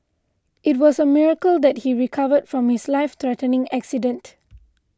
it was a miracle that he recovered from his life threatening accident